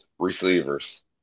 receivers